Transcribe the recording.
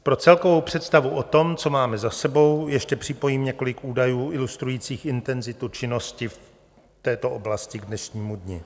Pro celkovou představu o tom, co máme za sebou, ještě připojím několik údajů ilustrujících intenzitu činnosti v této oblasti k dnešnímu dni.